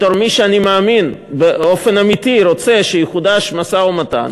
בתור מי שאני מאמין שבאופן אמיתי רוצה שיחודש המשא-ומתן,